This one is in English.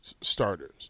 starters